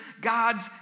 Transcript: God's